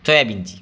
सोयाबीनची